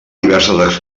diverses